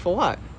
for what